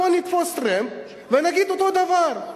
בואו נתפוס טרמפ ונגיד אותו דבר.